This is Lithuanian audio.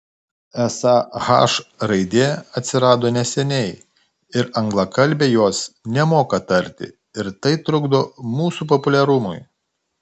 esą h raidė atsirado neseniai ir anglakalbiai jos nemoka tarti ir tai trukdo mūsų populiarumui